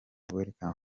welcome